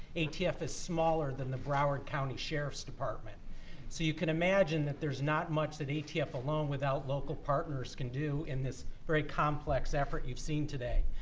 atf is smaller than the broward county sheriff's department. so you can imagine that there's not much that atf alone without local partners can do in this very complex effort you've seen today.